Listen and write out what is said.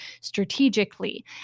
strategically